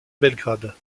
belgrade